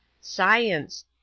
Science